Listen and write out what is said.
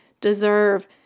deserve